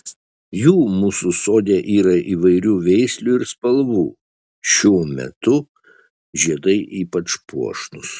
jų mūsų sode yra įvairių veislių ir spalvų šiuo metu žiedai ypač puošnūs